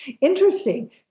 interesting